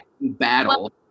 battle